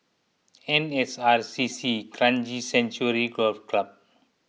N S R C C Kranji Sanctuary Golf Club